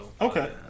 Okay